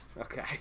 Okay